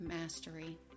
mastery